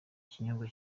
ikinyobwa